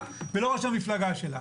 לא את ולא ראש המפלגה שלך.